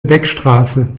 beckstraße